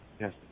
Yes